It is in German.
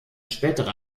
spätere